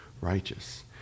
righteous